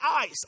eyes